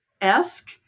esque